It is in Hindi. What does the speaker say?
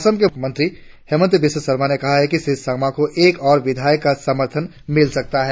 असम के मुख्य मंत्री हेमंत बिस्व सरमा ने कहा है कि श्री संगमा को कुछ और विधायक भी समर्थन दे सकते है